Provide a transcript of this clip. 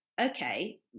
okay